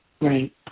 Right